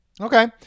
Okay